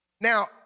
now